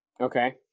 Okay